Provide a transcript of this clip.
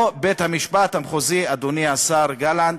פה בית-המשפט המחוזי, אדוני השר גלנט,